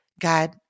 God